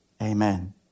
Amen